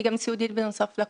היא גם סיעודית בנוסף לכול.